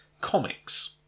comics